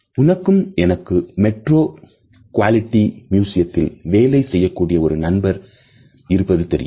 உனக்கு எனக்கு metro quality மியூசியத்தில் வேலை செய்யக்கூடிய ஒரு நண்பன் இருப்பது தெரியும்